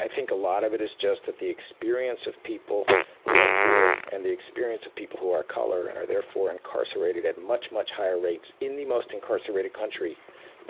i think a lot of it is just that the experience of people who are poor, and the experience of people who are of color and are therefore incarcerated at much, much higher rates in the most incarcerated country